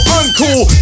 uncool